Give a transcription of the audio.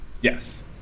Yes